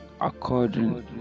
according